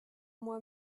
moi